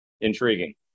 Intriguing